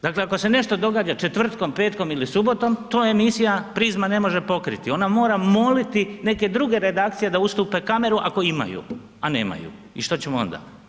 Dakle ako se nešto događa četvrtkom, petkom ili subotom, to je emisija „Prizma“ ne može pokriti, ona mora moliti neke druge redakcije da ustupe kameru ako imaju, a nemaju i što ćemo onda?